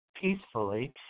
peacefully